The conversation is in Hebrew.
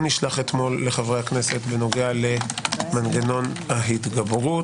נשלח אתמול לחברי הכנסת בנוגע למנגנון ההתגברות,